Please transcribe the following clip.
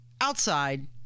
outside